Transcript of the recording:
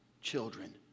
children